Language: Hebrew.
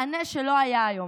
מענה שלא היה היום.